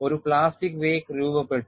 ഒരു plastic wake രൂപപ്പെട്ടു